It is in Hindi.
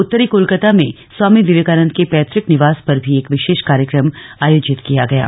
उत्तरी कोलकाता भें स्वामी विवेकानंद के पैतुक निवास पर भी एक विशेष कार्यक्रम भी आयोजित किया गया है